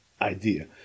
idea